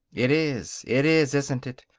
it is! it is, isn't it!